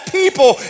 people